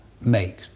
make